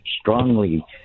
strongly